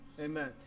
Amen